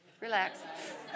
relax